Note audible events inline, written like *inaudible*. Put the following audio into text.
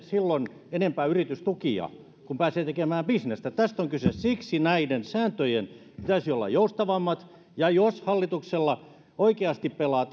silloin ei tarvitse enempää yritystukia kun pääsee tekemään bisnestä tästä on kyse siksi näiden sääntöjen pitäisi olla joustavammat ja jos hallituksella oikeasti pelaa *unintelligible*